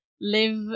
live